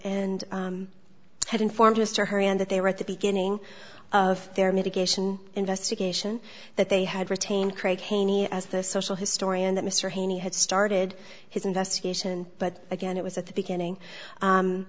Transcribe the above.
and had informed mr hurry and that they were at the beginning of their mitigation investigation that they had retained craig haney as the social historian that mr haney had started his investigation but again it was at the beginning